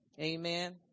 Amen